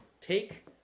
Take